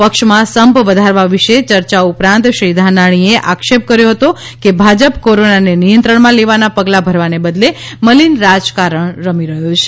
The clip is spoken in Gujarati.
પક્ષમાં સંપ વધારવા વિષે ચર્ચા ઉપરાંત શ્રી ધાનાણીએ આક્ષેપ કર્યો હતો કે ભાજપ કોરોનાને નિયંત્રણમાં લેવાના પગલાં ભરવાને બદલે મલીન રાજકારણ રમી રહ્યો છે